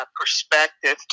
perspective